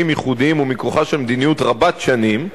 ייחודיים ומכוחה של מדיניות רבת שנים,